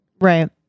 Right